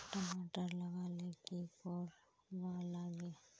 टमाटर लगा ले की की कोर वा लागे?